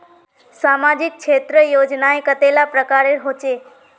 सामाजिक क्षेत्र योजनाएँ कतेला प्रकारेर होचे?